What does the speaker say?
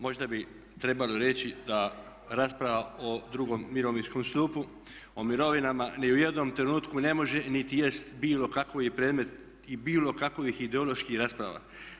Možda bi trebalo reći da rasprava o drugom mirovinskom stupu, o mirovinama ni u jednom trenutku ne može niti jest bilo kakav predmet i bilo kakvih ideoloških rasprava.